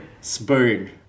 Spoon